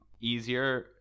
easier